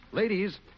Ladies